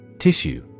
Tissue